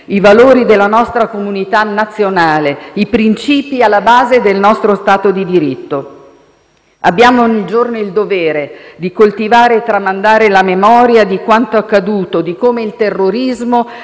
i valori della nostra comunità nazionale, i principi alla base del nostro Stato di diritto. Abbiamo ogni giorno il dovere di coltivare e tramandare la memoria di quanto accaduto, di come il terrorismo